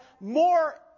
more